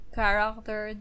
character